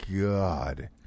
God